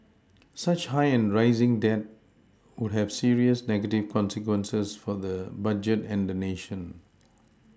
such high and rising debt would have serious negative consequences for the budget and the nation